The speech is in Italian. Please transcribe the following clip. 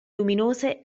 luminose